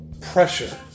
pressure